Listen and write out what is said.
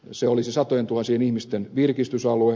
se olisi satojentuhansien ihmisten virkistysalue